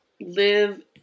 live